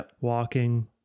walking